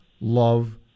love